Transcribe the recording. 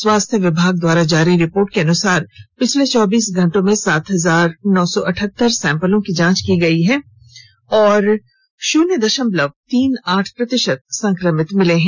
स्वास्थ्य विभाग द्वारा जारी रिपोर्ट के अनुसार पिछले चौबीस घंटों में सात हजार नौ सौ अठहतर सैम्पल की जांच हुई है और शून्य दशमलव तीन आठ प्रतिशत संक्रमित मिले हैं